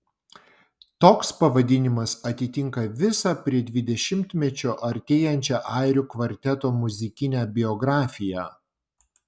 toks pavadinimas atitinka visą prie dvidešimtmečio artėjančią airių kvarteto muzikinę biografiją